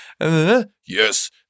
Yes